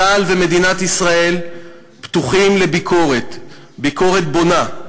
צה"ל ומדינת ישראל פתוחים לביקורת, ביקורת בונה.